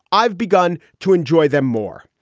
i've begun to enjoy them more.